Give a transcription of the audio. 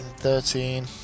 Thirteen